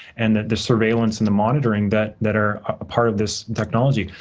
and the surveillance, and the monitoring that that are a part of this technology.